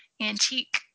antique